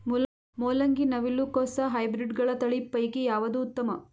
ಮೊಲಂಗಿ, ನವಿಲು ಕೊಸ ಹೈಬ್ರಿಡ್ಗಳ ತಳಿ ಪೈಕಿ ಯಾವದು ಉತ್ತಮ?